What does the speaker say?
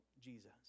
Jesus